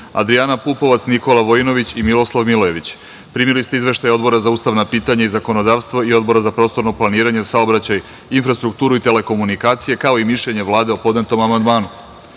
Adrijana Pupovac, Nikola Vojinović i Milosav Milojević. Primili ste izveštaje Odbora za ustavna pitanja i zakonodavstvo i Odbora za prostorno planiranje, saobraćaj, infrastrukturu i telekomunikacije, kao i mišljenje Vlade o podnetom amandmanu. Pošto